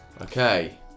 Okay